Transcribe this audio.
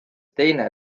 teine